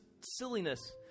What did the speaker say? silliness